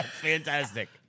Fantastic